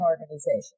organization